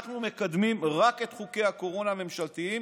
אנחנו מקדמים רק את חוקי הקורונה הממשלתיים,